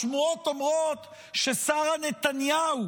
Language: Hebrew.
השמועות אומרות ששרה נתניהו